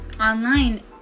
online